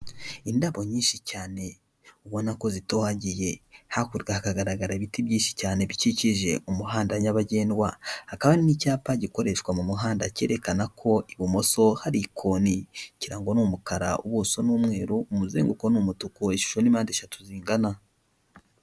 Indabo nyinshi cyane ubona ko zitohagiye, hakurya hagaragara ibiti byinshi cyane bikikije umuhanda nyabagendwa, hakaba n'icyapa gikoreshwa mu muhanda cyerekana ko ibumoso hari ikoni, ikirango n'umukara, ubuso n'umweru, umuzenguko ni umutuku, ishisho n'impande eshatu zingana.